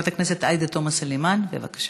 חברת הכנסת עאידה תומא סלימאן, בבקשה,